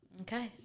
Okay